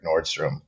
Nordstrom